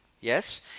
Yes